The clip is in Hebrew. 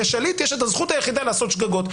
לשליט יש את הזכות היחידה לעשות שגגות.